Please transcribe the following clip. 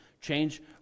change